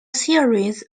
series